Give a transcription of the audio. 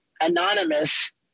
anonymous